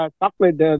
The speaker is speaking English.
chocolate